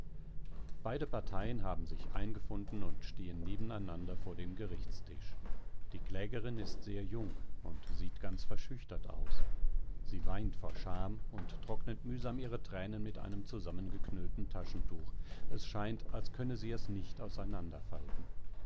beide parteien haben sich eingefunden und stehen nebeneinander vor dem gerichtstisch die klägerin ist sehr jung und sieht ganz verschüchtert aus sie weint vor scham und trocknet mühsam ihre tränen mit einem zusammengeknüllten taschentuch es scheint als könne sie es nicht